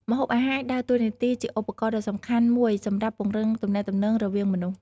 ម្ហូបអាហារអាចដើរតួជាឧបករណ៍ដ៏សំខាន់មួយសម្រាប់ពង្រឹងទំនាក់ទំនងរវាងមនុស្ស។